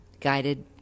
guided